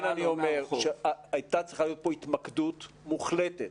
הייתה צריכה להיות כאן התמקדות מוחלטת